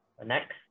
Next